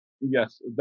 Yes